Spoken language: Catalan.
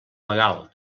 legal